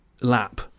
lap